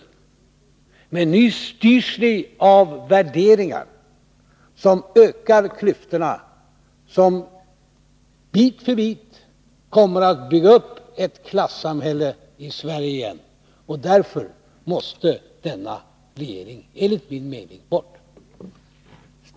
Men ni styrs av värderingar som ökar klyftorna, som bit för bit igen kommer att bygga upp ett klassamhälle i Sverige. Därför måste denna regering enligt min mening bort.